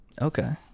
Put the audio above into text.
okay